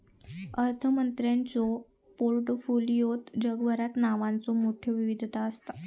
अर्थमंत्र्यांच्यो पोर्टफोलिओत जगभरात नावांचो मोठयो विविधता असता